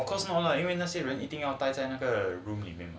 of course not lah 因为那些人一定要呆在那个 room 里面